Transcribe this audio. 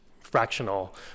fractional